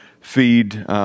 feed